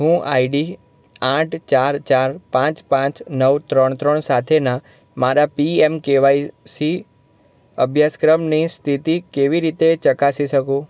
હું આઈડી આઠ ચાર ચાર પાંચ પાંચ નવ ત્રણ ત્રણ સાથેના મારા પીએમકેવાય સી અભ્યાસક્રમની સ્થિતિ કેવી રીતે ચકાસી શકું